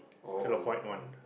still the white one